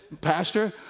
Pastor